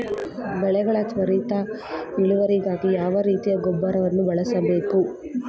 ಬೆಳೆಗಳ ತ್ವರಿತ ಇಳುವರಿಗಾಗಿ ಯಾವ ರೀತಿಯ ಗೊಬ್ಬರವನ್ನು ಬಳಸಬೇಕು?